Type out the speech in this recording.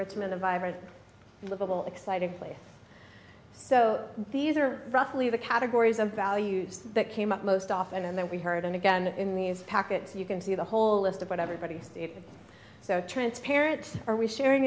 richmond a vibrant livable exciting place so these are roughly the categories of values that came up most often and then we heard and again in these packets you can see the whole list of what everybody is so transparent are we sharing